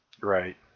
Right